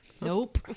Nope